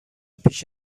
پیش